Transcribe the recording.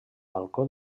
balcó